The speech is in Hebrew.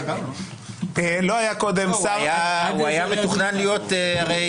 הוא היה מתוכנן להיות הרי